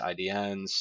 idns